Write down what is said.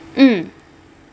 mm